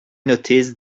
noticed